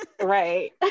right